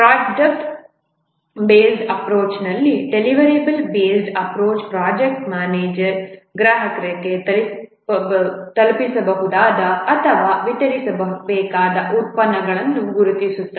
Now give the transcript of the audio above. product based approach ನಲ್ಲಿ deliverable based approach project manager ಗ್ರಾಹಕರಿಗೆ ತಲುಪಿಸಬಹುದಾದ ಅಥವಾ ವಿತರಿಸಬೇಕಾದ ಉತ್ಪನ್ನಗಳನ್ನು ಗುರುತಿಸುತ್ತದೆ